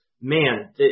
man